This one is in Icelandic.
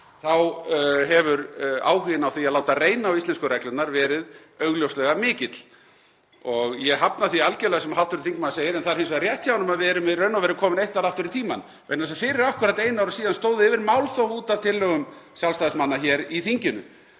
þá hefur áhuginn á því að láta reyna á íslensku reglurnar augljóslega verið mikill. Ég hafna því algerlega sem hv. þingmaður segir, en það er hins vegar rétt hjá honum að við erum í raun og veru komin eitt ár aftur í tímann vegna þess að fyrir akkúrat einu ári síðan stóð yfir málþóf út af tillögum Sjálfstæðismanna hér í þinginu.